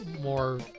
more